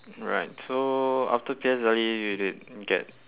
right so after P_S_L_E they'd get